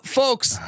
folks